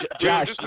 Josh